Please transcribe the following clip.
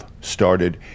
started